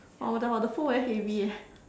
!wah! but the but the phone very heavy eh